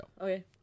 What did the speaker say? Okay